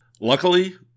Luckily